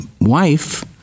wife